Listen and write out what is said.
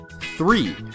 Three